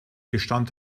gestand